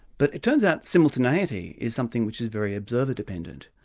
but it turns out simultaneity is something which is very observer-dependent.